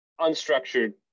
unstructured